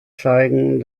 zeigen